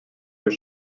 lieu